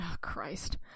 Christ